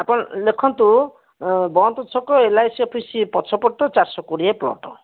ଆପଣ ଲେଖନ୍ତୁ ବନ୍ଦ୍ ଛକ ଏଲ୍ ଆଇ ସି ଅଫିସ୍ ପଛପଟ ଚାରିଶହ କୋଡ଼ିଏ ପ୍ଲଟ୍